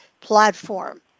platform